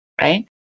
right